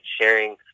sharing